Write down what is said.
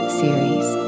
series